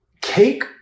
cake